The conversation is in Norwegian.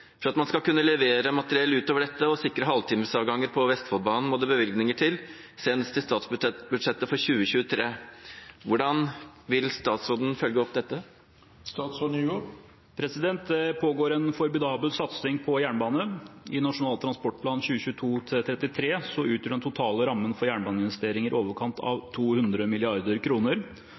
for eksisterende materiell. For at man skal kunne levere materiell ut over dette og sikre halvtimes avganger på Vestfoldbanen, må det bevilgninger til, senest i statsbudsjettet for 2023. Hvordan vil statsråden følge opp dette?» Det pågår en formidabel satsing på jernbane. I Nasjonal transportplan 2022–2033 utgjør den totale rammen for jernbaneinvesteringer i overkant av 200